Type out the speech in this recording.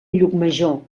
llucmajor